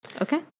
Okay